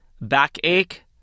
backache